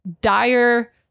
dire